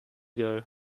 ago